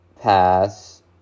pass